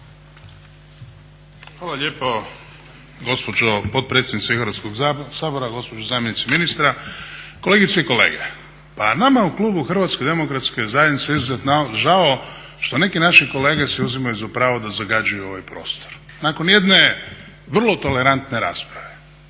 Hvala lijepo gospođo potpredsjednice Hrvatskog sabora, gospođo zamjenice ministra, kolegice i kolege. Pa nama u klubu HDZ-a je izuzetno žao što neki naši kolege si uzimaju za pravo da zagađuju ovaj prostor nakon jedne vrlo tolerantne rasprave